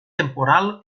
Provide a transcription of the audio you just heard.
temporal